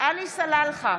עלי סלאלחה,